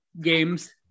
games